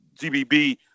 GBB